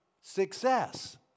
success